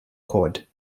cord